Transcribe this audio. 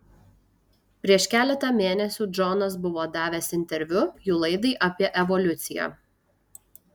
prieš keletą mėnesių džonas buvo davęs interviu jų laidai apie evoliuciją